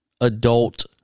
adult